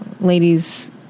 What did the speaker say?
ladies